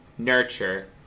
Nurture